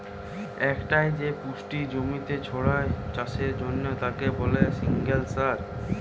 একটাই যে পুষ্টি জমিতে ছড়ায় চাষের জন্যে তাকে বলে সিঙ্গল সার